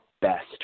best